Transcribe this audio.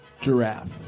Giraffe